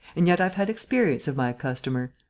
and yet i've had experience of my customer.